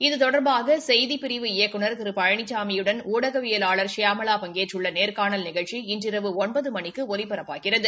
இது தொடா்பாக செய்திப்பிரிவு இயக்குநர் திரு பழனிளாமி யுடன் ஊடகவியலாளா் சியாம்ளா பங்கேற்றுள்ள நோ்காணல் நிகழ்ச்சி இன்று இரவு ஒன்பது மணிக்கு ஒலிபரப்பாகிறது